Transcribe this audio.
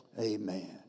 Amen